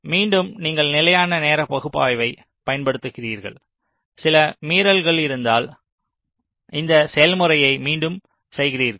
மீண்டும் நீங்கள் நிலையான நேர பகுப்பாய்வைப் பயன்படுத்துகிறீர்கள் சில மீறல்கள் இருந்தால் இந்த செயல்முறையை மீண்டும் செய்கிறீர்கள்